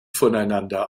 voneinander